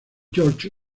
george